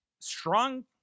strong